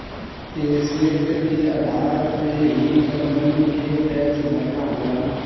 asset के आधार पे ही कंपनी के टैक्स भरना होला